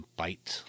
bite